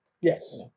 Yes